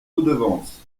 redevance